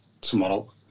tomorrow